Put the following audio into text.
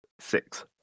six